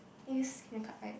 eh use my cup right